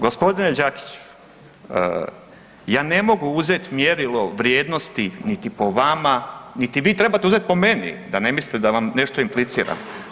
Gospodine Đakiću, ja ne mogu uzeti mjerilo vrijednosti niti po vama, niti vi trebate uzeti po meni, da ne mislite da vam nešto impliciram.